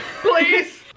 Please